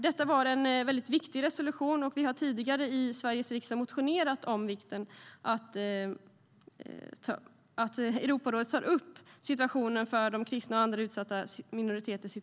Detta var en viktig resolution, och vi har tidigare i Sveriges riksdag motionerat om vikten av att Europarådet tar upp situationen för de kristna och andra utsatta minoriteter.